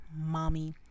mommy